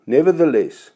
Nevertheless